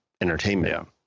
entertainment